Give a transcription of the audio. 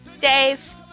Dave